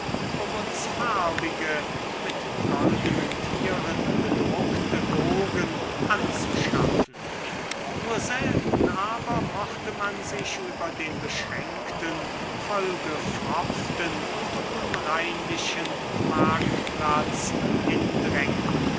um uns farbige mit goldenen tieren bedruckte bogen anzuschaffen nur selten aber mochte man sich über den beschränkten vollgepfropften und unreinlichen marktplatz hindrängen